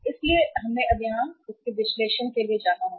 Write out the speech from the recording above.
इसलिए हमें अब यहां इस विश्लेषण के लिए जाना होगा